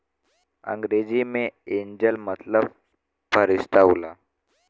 अंग्रेजी मे एंजेल मतलब फ़रिश्ता होला